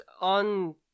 on